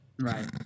Right